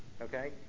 okay